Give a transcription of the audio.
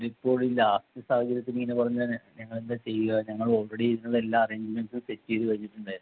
ഇപ്പോളില്ല ഈ സാഹചര്യത്തിൽ ഇങ്ങനെ പറഞ്ഞാൽ ഞങ്ങൾ എന്താണ് ചെയ്യുക ഞങ്ങൾ ഓൾറെഡി ഇതിനെല്ലാ അറേഞ്ച്മെൻറ്റ്സും സെറ്റ് ചെയ്ത് വെച്ചിട്ടുണ്ടായിരുന്നു